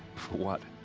what?